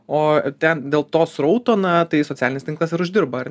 o ten dėl to srauto na tai socialinis tinklas ir uždirba ar